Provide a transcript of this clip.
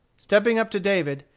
stepping up to david,